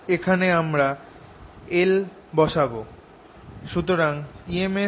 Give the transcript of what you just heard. এখানে আমরা একটা L বসাব